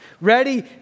ready